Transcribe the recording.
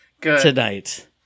tonight